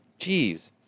Jeez